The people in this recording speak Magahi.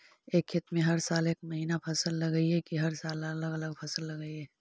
एक खेत में हर साल एक महिना फसल लगगियै कि हर साल अलग अलग फसल लगियै?